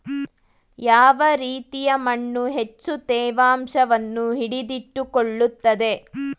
ಯಾವ ರೀತಿಯ ಮಣ್ಣು ಹೆಚ್ಚು ತೇವಾಂಶವನ್ನು ಹಿಡಿದಿಟ್ಟುಕೊಳ್ಳುತ್ತದೆ?